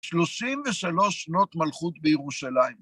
33 שנות מלכות בירושלים.